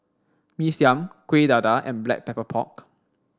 Mee Siam Kueh Dadar and black pepper pork